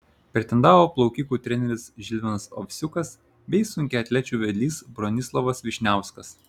pretendavo plaukikų treneris žilvinas ovsiukas bei sunkiaatlečių vedlys bronislovas vyšniauskas